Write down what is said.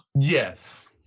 Yes